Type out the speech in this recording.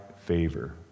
favor